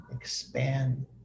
expand